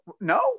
No